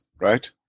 right